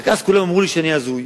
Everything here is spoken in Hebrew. רק אז כולם אמרו לי שאני הזוי,